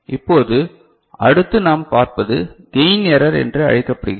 இப்போது அடுத்து நாம் பார்ப்பது கையின் எரர் என்று அழைக்கப்படுகிறது